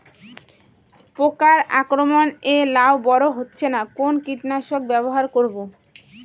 পোকার আক্রমণ এ লাউ বড় হচ্ছে না কোন কীটনাশক ব্যবহার করব?